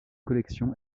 collection